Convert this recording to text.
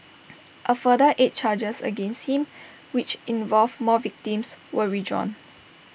A further eight charges against him which involved more victims were withdrawn